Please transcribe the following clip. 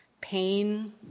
pain